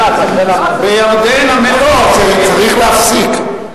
הוא מרשים אותי מאוד, זה צריך להפסיק.